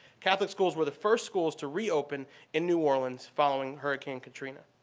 catholic schools were the first schools to reopen in new orleans following hurricane katrina.